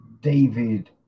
David